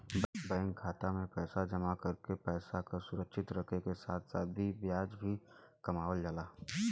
bank खाता में पैसा जमा करके पैसा क सुरक्षित रखे क साथ साथ ब्याज भी कमावल जाला